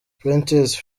princess